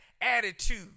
attitude